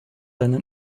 einen